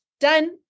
done